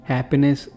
Happiness